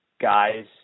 guys